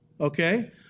okay